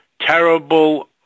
terrible